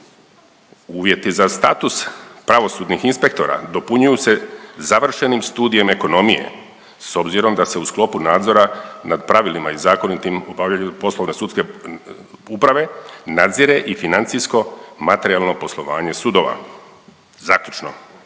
Uvjeti za status pravosudnih inspektora dopunjuju se završenim studijem ekonomije s obzirom da se u sklopu nadzora nad pravilima i zakonitim obavljaju poslove sudske uprave nadzire i financijsko-materijalno poslovanje sudova. Zaključno,